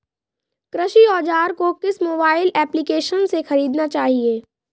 कृषि औज़ार को किस मोबाइल एप्पलीकेशन से ख़रीदना चाहिए?